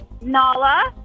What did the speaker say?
Nala